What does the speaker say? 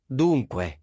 dunque